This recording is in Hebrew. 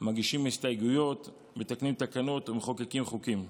מגישים הסתייגויות, מתקנים תקנות ומחוקקים חוקים,